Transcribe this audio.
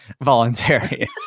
voluntary